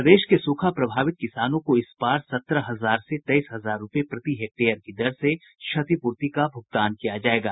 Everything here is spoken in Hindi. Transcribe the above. प्रदेश के सूखा प्रभावित किसानों को इस बार सत्रह हजार से तेईस हजार रूपये प्रति हेक्टेयर की दर से क्षतिपूर्ति का भुगतान किया जायेगा